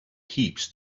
heaps